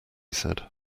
said